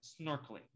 snorkeling